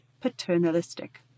paternalistic